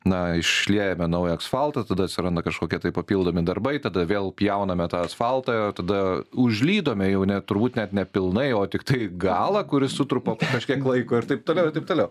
na išliejame naują asfaltą tada atsiranda kažkokie tai papildomi darbai tada vėl pjauname tą asfaltą tada užlydome jau ne turbūt net nepilnai o tiktai galą kuris sutrupa kažkiek laiko ir taip toliau ir taip toliau